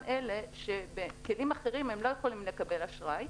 אלה שבכלים אחרים לא יכולים לקבל אשראי.